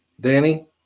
Danny